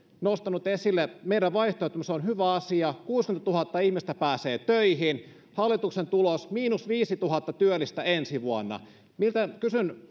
nostanut esille meidän vaihtoehtomme se on hyvä asia kuusikymmentätuhatta ihmistä pääsee töihin hallituksen tulos miinus viisituhatta työllistä ensi vuonna kysyn